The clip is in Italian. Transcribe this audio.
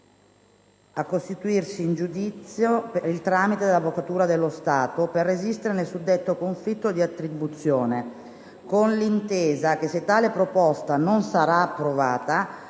si costituisca in giudizio per il tramite dell'Avvocatura dello Stato per resistere nel suddetto conflitto di attribuzione, con l'intesa che se tale proposta non sarà approvata